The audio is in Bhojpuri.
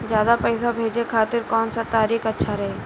ज्यादा पईसा भेजे खातिर कौन सा तरीका अच्छा रही?